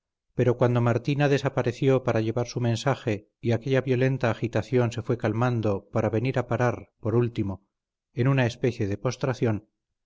pero cuando martina desapareció para llevar su mensaje y aquella violenta agitación se fue calmando para venir a parar por último en una especie de postración